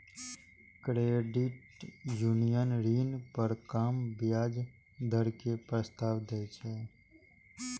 credit union ऋण पर कम ब्याज दर के प्रस्ताव दै छै